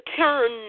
turn